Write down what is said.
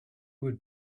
would